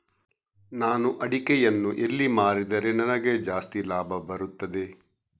ನಾನು ಅಡಿಕೆಯನ್ನು ಎಲ್ಲಿ ಮಾರಿದರೆ ನನಗೆ ಜಾಸ್ತಿ ಲಾಭ ಬರುತ್ತದೆ?